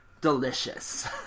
delicious